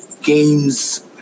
games